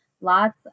lots